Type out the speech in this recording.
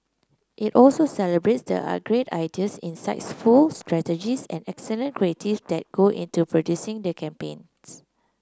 it also celebrates the a great ideas insightful strategies and excellent creatives that go into producing the campaigns